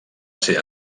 ser